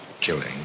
killing